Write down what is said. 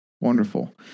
Wonderful